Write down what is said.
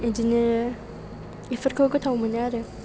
बिदिनो बेफोरखौ गोथाव मोनो आरो